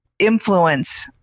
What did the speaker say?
influence